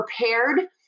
prepared